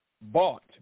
bought